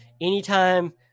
Anytime